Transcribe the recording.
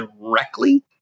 directly